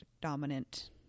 dominant